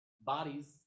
Bodies